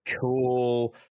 cool